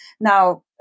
now